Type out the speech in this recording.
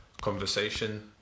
conversation